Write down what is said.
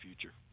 future